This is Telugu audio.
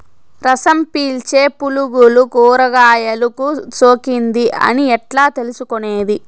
రసం పీల్చే పులుగులు కూరగాయలు కు సోకింది అని ఎట్లా తెలుసుకునేది?